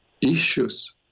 issues